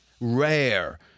rare